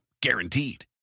Guaranteed